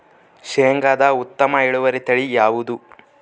ಶೇಂಗಾದ ಉತ್ತಮ ಇಳುವರಿ ತಳಿ ಯಾವುದು?